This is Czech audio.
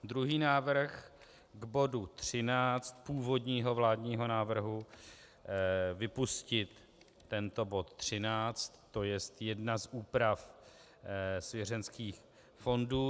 Druhý návrh k bodu 13 původního vládního návrhu, vypustit tento bod 13, to je jedna z úprav svěřenských fondů.